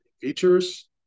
features